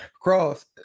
cross